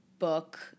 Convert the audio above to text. book